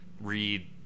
read